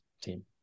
team